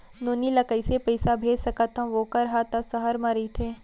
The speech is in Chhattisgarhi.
नोनी ल कइसे पइसा भेज सकथव वोकर हा त सहर म रइथे?